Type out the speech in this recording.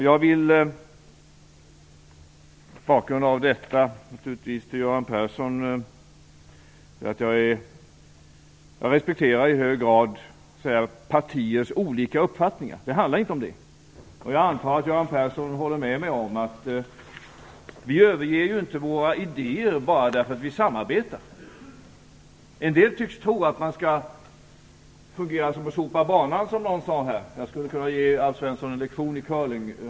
Jag vill mot bakgrund av detta till Göran Persson säga att jag i hög grad respekterar partiers olika uppfattningar. Det handlar inte om detta. Jag antar att Göran Persson håller med mig om att vi inte överger våra idéer bara därför att vi samarbetar. En del tycks tro att man skall fungera som att man sopar banan, som någon sade. Jag skulle kunna ge Alf Svensson en lektion i curling.